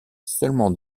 seulement